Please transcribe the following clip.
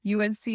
UNC